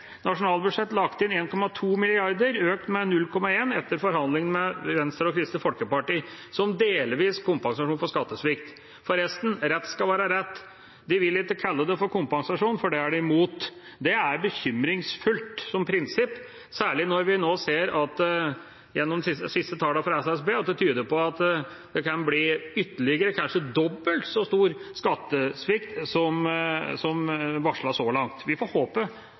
lagt inn 1,2 mrd. kr – økt med 0,1 etter forhandlinger med Venstre og Kristelig Folkeparti – som delvis kompensasjon for skattesvikt. Forresten, rett skal være rett: De vil ikke kalle det for «kompensasjon», for det er de imot. Det er bekymringsfullt, som prinsipp, særlig når vi nå ser av de siste tallene fra SSB at det tyder på at det kan bli ytterligere – kanskje dobbelt så stor – skattesvikt som det som er varslet så langt. Vi får håpe